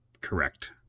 correct